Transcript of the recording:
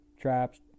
traps